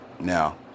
Now